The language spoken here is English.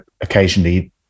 occasionally